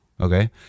Okay